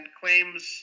claims